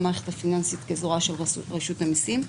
המערכת הפיננסית כזרוע של רשות המסים.